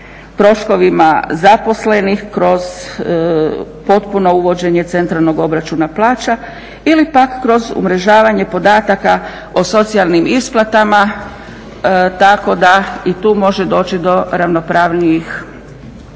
troškovima zaposlenih kroz potpuno uvođenje centralnog obračuna plaća ili pak kroz umrežavanje podataka o socijalnim isplatama tako da i tu može doći do ravnopravnijih